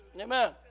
Amen